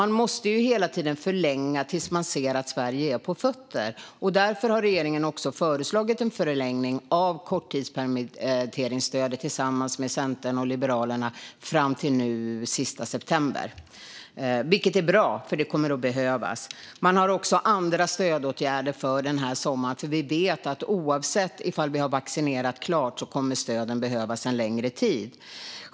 Man måste hela tiden förlänga tills man ser att Sverige är på fötter. Därför har regeringen, tillsammans med Centern och Liberalerna, föreslagit en förlängning av korttidspermitteringsstödet fram till den sista september. Det är bra, för det kommer att behövas. Man har också andra stödåtgärder för den här sommaren. Vi vet nämligen att stöden kommer att behövas en längre tid, oavsett om vi har vaccinerat klart eller inte.